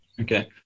Okay